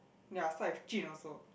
ya start with Jun also